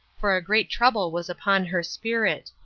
for a great trouble was upon her spirit.